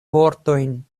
vortojn